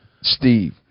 Steve